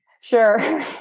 Sure